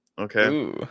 Okay